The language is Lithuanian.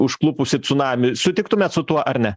užklupusį cunamį sutiktumėt su tuo ar ne